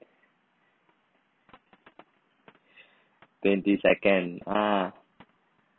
twenty second ah